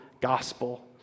gospel